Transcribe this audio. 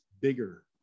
bigger